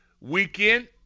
Weekend